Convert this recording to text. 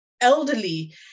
elderly